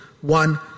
one